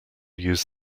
use